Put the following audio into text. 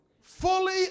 fully